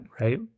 right